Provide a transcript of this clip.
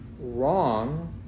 wrong